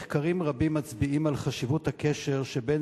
מחקרים רבים מצביעים על חשיבות הקשר בין